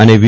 અને વી